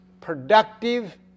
productive